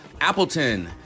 Appleton